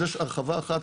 אז יש הרחבה אחת,